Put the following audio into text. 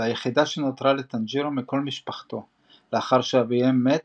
והיחידה שנותרה לטאנג'ירו מכל משפחתו לאחר שאביהם מת